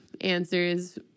answers